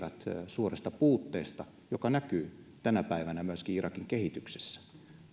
suuresta puutteesta joka näkyy tänä päivänä myöskin irakin kehityksessä